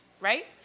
right